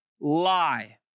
lie